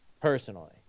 personally